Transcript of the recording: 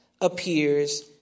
appears